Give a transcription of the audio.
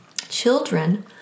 Children